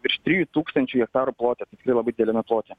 virš trijų tūkstančių hektarų plote tikrai labai dideliame plote